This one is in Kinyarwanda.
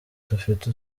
rufite